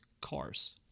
cars